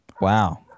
Wow